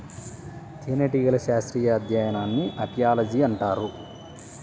తేనెటీగల శాస్త్రీయ అధ్యయనాన్ని అపియాలజీ అని అంటారు